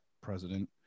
president